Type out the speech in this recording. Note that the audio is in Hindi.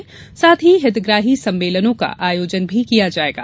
इस दौरान हितग्राही सम्मेलनों का आयोजन भी किया जायेगा